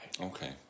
Okay